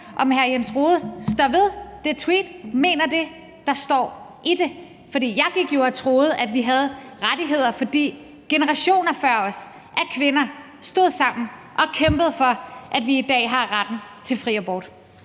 om hr. Jens Rohde står ved det tweet – om han mener det, der står i det. For jeg gik jo og troede, at vi havde rettigheder, fordi generationer af kvinder før os stod sammen og kæmpede for dem, kæmpede for, at vi i dag har retten til fri abort.